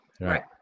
Right